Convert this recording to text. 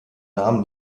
namen